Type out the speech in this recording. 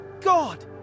god